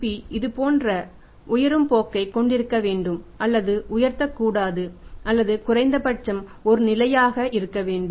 P இது போன்ற உயரும் போக்கை கொண்டிருக்க வேண்டும் அல்லது உயர்த்தக்கூடாது அல்லது குறைந்தபட்சம் ஒரு நிலையாக இருக்க வேண்டும்